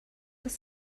dass